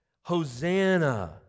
Hosanna